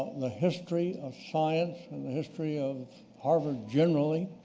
the history of science and the history of harvard, generally.